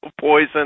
Poison